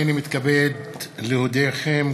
הנני מתכבד להודיעכם,